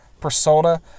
persona